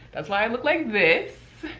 that's why i look like this.